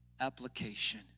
application